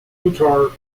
uttar